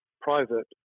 private